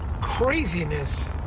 craziness